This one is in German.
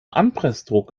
anpressdruck